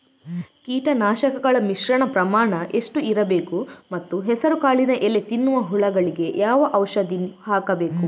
ಕೀಟನಾಶಕಗಳ ಮಿಶ್ರಣ ಪ್ರಮಾಣ ಎಷ್ಟು ಇರಬೇಕು ಮತ್ತು ಹೆಸರುಕಾಳಿನ ಎಲೆ ತಿನ್ನುವ ಹುಳಗಳಿಗೆ ಯಾವ ಔಷಧಿ ಹಾಕಬೇಕು?